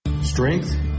Strength